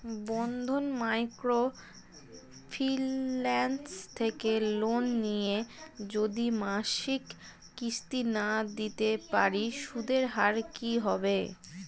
বন্ধন micro finance থেকে loan নিয়ে যদি মাসিক কিস্তি না দিতে পারি সুদের হার কি হবে?